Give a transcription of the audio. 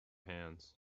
hands